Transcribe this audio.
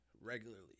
regularly